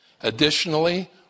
Additionally